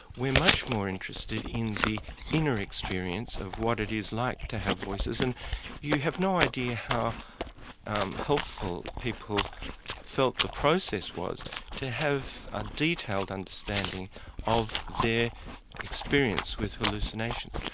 we're much more interested in the inner experience of what it is like to have voices and you have no idea how helpful people felt the process was to have a detailed understanding of their experience with hallucinations.